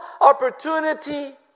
opportunity